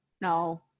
no